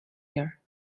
here